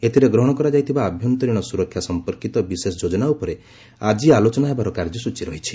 ଏଥିରେ ଗ୍ରହଣ କରାଯାଇଥିବା ଆଭ୍ୟନ୍ତରୀଣ ସୁରକ୍ଷା ସଂପର୍କିତ ବିଶେଷ ଯୋଜନା ଉପରେ ଆଜି ଆଲୋଚନା ହେବାର କାର୍ଯ୍ୟସ୍ଚୀ ରହିଛି